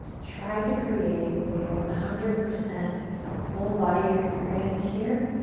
try to create a one hundred percent full body experience here.